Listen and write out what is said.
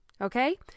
Okay